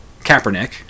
Kaepernick